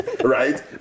right